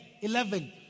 Eleven